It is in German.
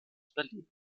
berlin